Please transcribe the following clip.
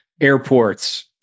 Airports